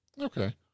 Okay